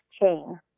chain